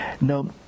Now